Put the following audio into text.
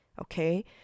okay